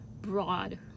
broad